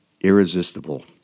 irresistible